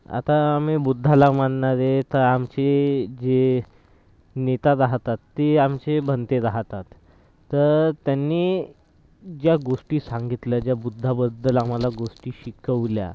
आता आम्ही बुद्धाला मानणारे तर आमचे जे नेता राहतात ते आमचे भंते राहतात तर त्यांनी ज्या गोष्टी सांगितल्या ज्या बुद्धाबद्दल आम्हांला गोष्टी शिकवल्या